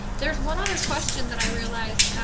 there's one other question that i realized,